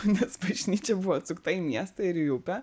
nes bažnyčia buvo atsukta į miestą ir į upę